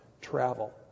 travel